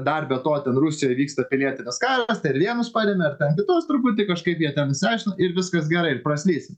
dar be to ten rusijoj vyksta pilietinis karas tai ir vienus paremia ir ten kitus truputį kažkaip jie ten išsiaiškina ir viskas gerai ir praslysim